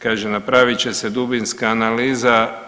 Kaže napravit će se dubinska analiza.